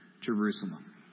Jerusalem